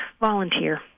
volunteer